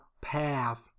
path